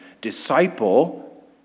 disciple